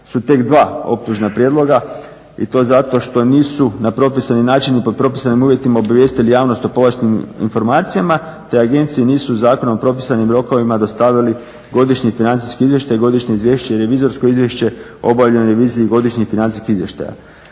su tek dva optužna prijedloga i to zato što nisu na propisani način i pod propisanim uvjetima obavijestili javnost o povlaštenim informacijama, te agencije nisu u zakonom propisanim rokovima dostavili godišnji financijski izvještaj, godišnje izvješće i revizorsko izvješće o obavljenoj reviziji godišnjih financijskih izvještaja.